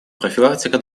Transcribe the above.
профилактика